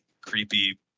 creepy